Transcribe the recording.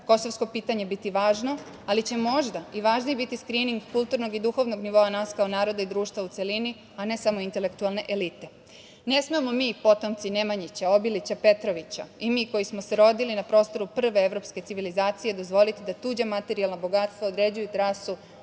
kosovsko pitanje biti važno, ali će možda i važniji biti skrining kulturnog i duhovnog nivoa nas kao naroda i društva u celini, a ne samo intelektualne elite. Ne smemo mi, potomci Nemanjića, Obilića, Petrovića, i mi koji smo se rodili na prostoru prve evropske civilizacije, dozvoliti da tuđa materijalna bogatstva određuju trasu